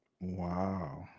Wow